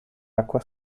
acqua